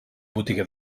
botiguer